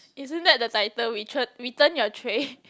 isn't that the title we re~ return your tray